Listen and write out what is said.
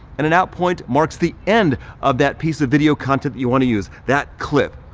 and an out point marks the end of that piece of video content you wanna use, that clip.